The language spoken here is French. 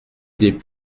des